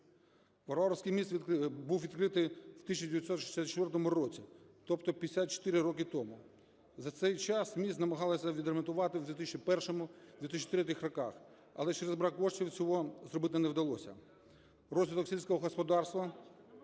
Варварівськийміст був відкритий в 1964 році, тобто 54 роки тому. За цей час міст намагалися відремонтувати в 2001, 2003 роках, але через брак коштів цього зробити не вдалося.